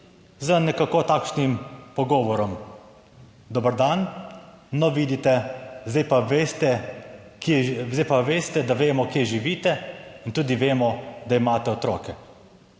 z nekako takšnim pogovorom: Dober dan, no, vidite, zdaj pa veste, da vemo, kje živite, in tudi vemo, da imate otroke.